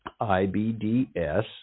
IBDS